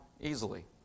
easily